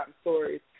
stories